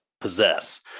possess